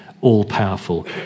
all-powerful